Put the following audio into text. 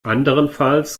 anderenfalls